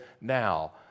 now